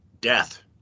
death